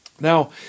Now